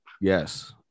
yes